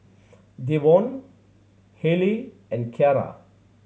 Devaughn Haley and Keara